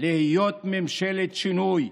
להיות ממשלת שינוי.